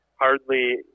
Hardly